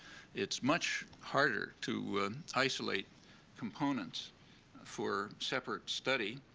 it's much harder to isolate components for separate study,